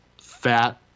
fat